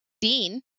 Dean